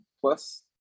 plus